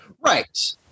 Right